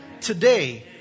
Today